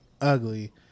ugly